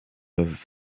peuvent